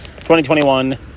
2021